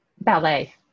Ballet